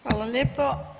Hvala lijepo.